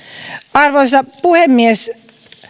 arvoisa puhemies